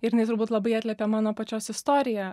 ir jinai turbūt labai atliepia mano pačios istoriją